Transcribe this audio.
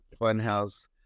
funhouse